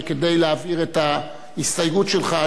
שכדי להעביר את ההסתייגות שלך,